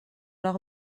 leur